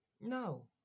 no